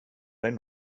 dig